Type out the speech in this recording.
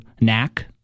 knack